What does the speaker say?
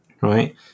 Right